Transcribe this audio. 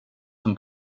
som